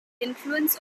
influence